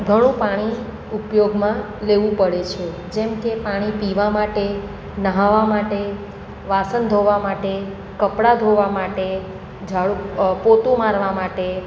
ઘણું પાણી ઉપયોગમાં લેવું પડે છે જેમ કે પાણી પીવા માટે ન્હાવા માટે વાસણ ધોવા માટે કપડા ધોવા માટે ઝાડુ પોતું મારવા માટે